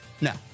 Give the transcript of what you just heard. No